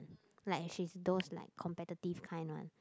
like she is those like competitive kind one